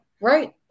right